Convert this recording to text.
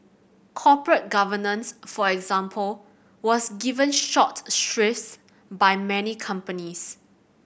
corporate governance for example was given short shrifts by many companies